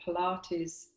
pilates